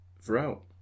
throughout